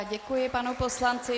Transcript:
Děkuji panu poslanci.